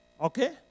okay